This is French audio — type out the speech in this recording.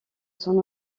son